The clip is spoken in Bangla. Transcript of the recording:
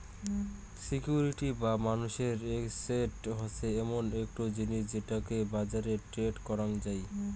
সিকিউরিটি বা মানুষের এসেট হসে এমন একটো জিনিস যেটোকে বাজারে ট্রেড করাং যাই